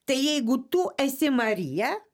tai jeigu tu esi marija